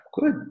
Good